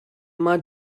mae